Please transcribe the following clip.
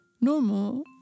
Normal